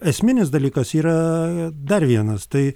esminis dalykas yra dar vienas tai